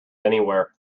anywhere